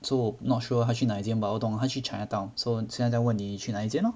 so not sure 他去那一间 but 我懂他去 chinatown so 现在问你去哪一间 lor